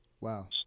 Wow